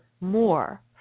more